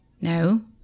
no